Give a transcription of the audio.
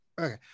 okay